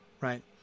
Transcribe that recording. right